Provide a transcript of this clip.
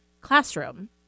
classroom